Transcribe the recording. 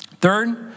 Third